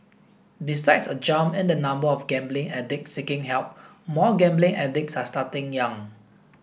besides a jump in the number of gambling addicts seeking help more gambling addicts are starting young